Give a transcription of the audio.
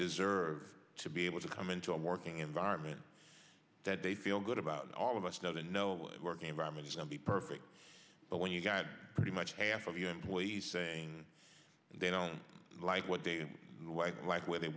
deserve to be able to come into a working environment that they feel good about all of us doesn't know working environment is going to be perfect but when you've got pretty much half of your employees they don't like what they like where they